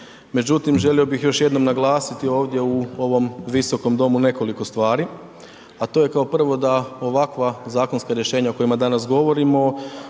Međutim, želio bih još jednom naglasiti ovdje u ovom visokom domu nekoliko stvari, a to je kao prvo da ovakva zakonska rješenja o kojima danas govorimo